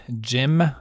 Jim